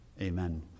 Amen